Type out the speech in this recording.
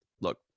Look